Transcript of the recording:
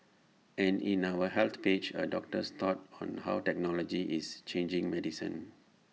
and in our health page A doctor's thoughts on how technology is changing medicine